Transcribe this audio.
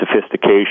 sophistication